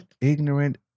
ignorant